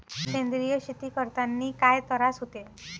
सेंद्रिय शेती करतांनी काय तरास होते?